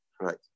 right